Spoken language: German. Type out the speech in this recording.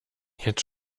jetzt